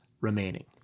remaining